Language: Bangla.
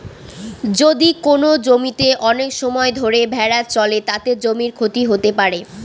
যদি কোনো জমিতে অনেক সময় ধরে ভেড়া চড়ে, তাতে জমির ক্ষতি হতে পারে